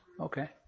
Okay